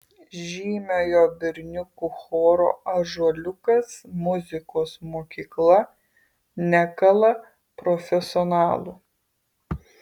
žymiojo berniukų choro ąžuoliukas muzikos mokykla nekala profesionalų